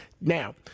Now